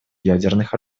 ядерных